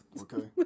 Okay